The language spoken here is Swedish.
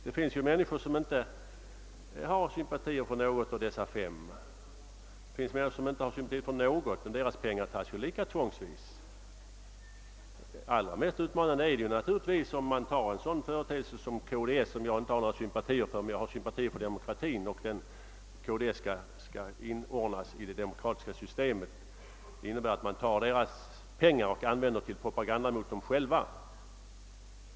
Det finns ju sådana människor, och även pengarna från dem fördelas ju tvångsvis. Allra mest utmanande ter sig saken om man ser på en sådan företeelse som kds. Jag sympatiserar inte med det partiet, men jag sympatiserar med demokratin, och därför vill jag att även kds skall inordnas i det demokratiska systemet. Det nuvarande tillvägagångssättet innebär att man tar pengarna från de kds-anslutna skattebetalarna och använder dessa till propaganda mot dem själva.